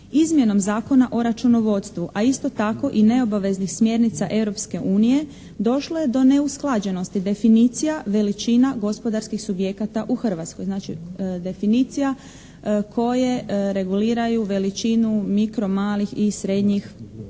Izmjenom Zakona o računovodstvu, a isto tako i neobaveznih smjernica Europske unije došlo je do neusklađenosti definicija, veličina, gospodarskih subjekata u Hrvatskoj. Znači definicija koje reguliraju veličinu mikro, malih i srednjih poduzetnika.